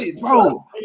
Bro